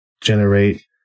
generate